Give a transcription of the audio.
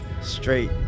Straight